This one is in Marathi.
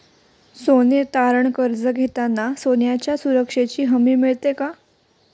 सोने तारण कर्ज घेताना सोन्याच्या सुरक्षेची हमी मिळते का?